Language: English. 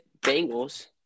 Bengals